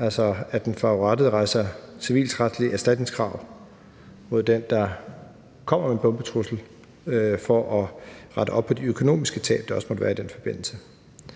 altså at den forurettede rejser et civilretligt erstatningskrav mod den, der kommer med en bombetrussel, for at rette op på de økonomiske tab, der også måtte være i den forbindelse.